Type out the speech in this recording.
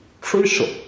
crucial